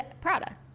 Prada